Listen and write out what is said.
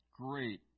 great